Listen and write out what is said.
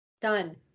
Done